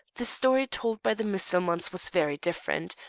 the story told by the mussulmans was very different,